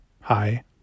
hi